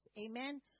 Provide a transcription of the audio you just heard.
Amen